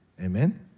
Amen